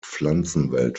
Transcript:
pflanzenwelt